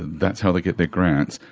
that's how they get their grants,